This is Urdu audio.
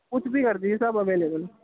کچھ بھی کر دیجیے سب اویلیبل ہے